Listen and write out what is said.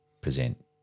present